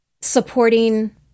supporting